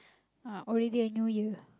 uh already a New Year